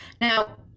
Now